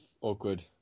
awkward